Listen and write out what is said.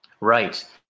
right